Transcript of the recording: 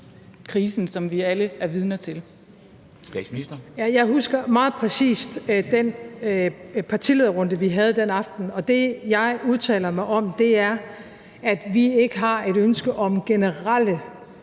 (Mette Frederiksen): Jeg husker meget præcist den partilederrunde, vi havde den aften, og det, jeg udtaler mig om, er, at vi ikke har et ønske om generelle